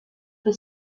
for